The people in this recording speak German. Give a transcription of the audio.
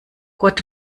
gott